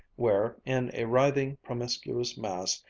where, in a writhing, promiscuous mass,